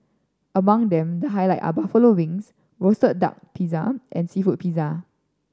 among them the highlight are buffalo wings roasted duck pizza and seafood pizza